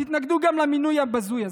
תתנגדו גם למינוי הבזוי הזה.